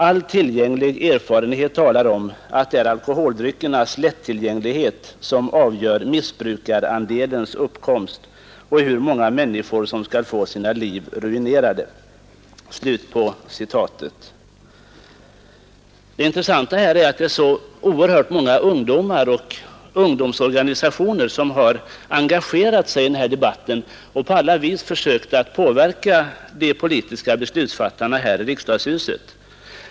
——— All tillgänglig erfarenhet talar om, att det är alkoholdryckernas lättillgänglighet, som avgör missbrukarandelens uppkomst och hur många människor som skall få sina liv ruinerade.” Det intressanta är att det är så många ungdomar och ungdomsorganisationer som har engagerat sig i den här debatten och på olika vis försökt påverka de politiska beslutsfattarna här i riksdagshuset.